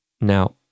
Now